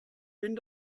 bin